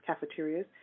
cafeterias